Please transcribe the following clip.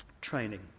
Training